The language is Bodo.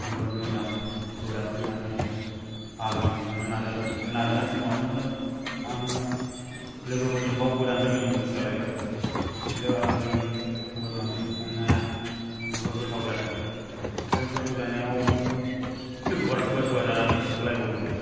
नोगोद मोजां गोदाखांनानै आलुजों संनो नाजादों बे नाजानाय समावनो आङो लोगोफोरजों बाव गोदानो रोङैनि बकिजालायबाय बेयाव आलुजों बोरमाजों संनाया नोगोद गोथाव जादों बे गोथाव जानायाव लोगोफोरा जानानै सोरबा सोरबा खिगुलाय बावदों सो